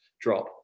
drop